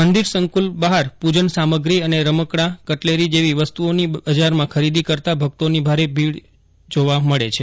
મંદિર સંકુલ બહાર પૂજન સામગ્રી અને રમકડા કટલેરી જેવી વસ્તુઓનીબજરમાં ખરીદી કરતાભક્તોની ભારે ભીડ જોવા મળી હતી